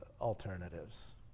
alternatives